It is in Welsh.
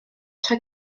tro